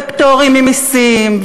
ופטורים ממסים,